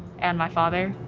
and my father